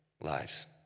lives